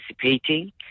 participating